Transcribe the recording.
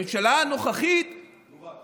בממשלה הנוכחית, יובל,